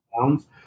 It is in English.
pounds